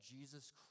Jesus